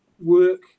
work